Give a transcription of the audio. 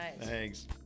Thanks